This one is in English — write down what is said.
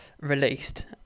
released